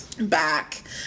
back